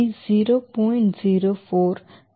కాబట్టి ఇది 0